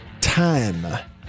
time